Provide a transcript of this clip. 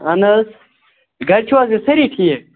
اَہَن حظ گَرِ چھِوا حظ بیٚیہِ سٲری ٹھیٖک